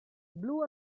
blue